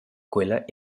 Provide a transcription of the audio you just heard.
quella